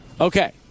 Okay